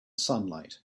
sunlight